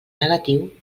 negatiu